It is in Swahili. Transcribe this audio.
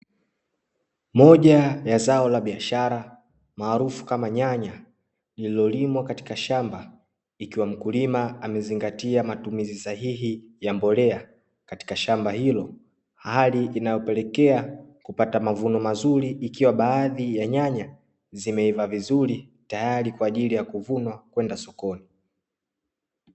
Moja ya zao la biashara maarufu kama nyanya, lililolimwa katika shamba, ikiwa mkulima amezingatia matumizi sahihi ya mbolea katika shamba hilo, hali inayopelekea kupata mavuno mazuri ikiwa baadhi ya nyanya zimeiva vizuri tayari kwa ajili ya kuvuna kwenda sokoni.